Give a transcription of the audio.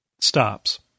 stops